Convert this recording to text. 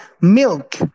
milk